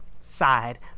side